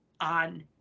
on